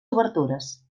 obertures